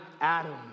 Adam